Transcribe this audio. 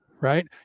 Right